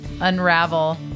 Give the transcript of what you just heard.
unravel